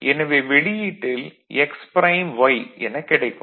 எனவே வெளியீட்டில் x prime y எனக் கிடைக்கும்